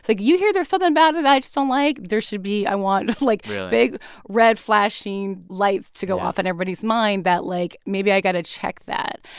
like you hear there's something about her that i just don't like. there should be i want like big red flashing lights to go off in everybody's mind that like maybe i got to check that.